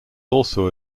also